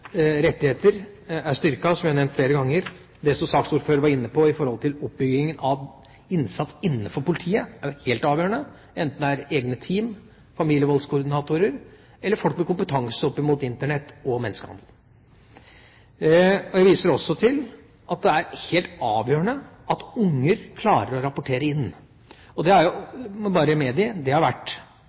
rettigheter er styrket, som jeg har nevnt flere ganger. Det som saksordføreren var inne på, om oppbyggingen av innsats innenfor politiet, er helt avgjørende, enten det er egne team, familievoldskoordinatorer eller folk med kompetanse om Internett og menneskehandel. Jeg viser også til at det er helt avgjørende at barn klarer å rapportere inn. Det må vi bare medgi har vært det fremste hensynet i de tiltakene Regjeringa har